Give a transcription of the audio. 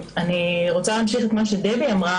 שמחזיקה בפארקי שעשועים וביקשנו שינגישו את אתרי החברה,